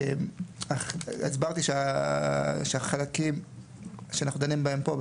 הסברתי שהחלקים שאנחנו דנים בהם פה,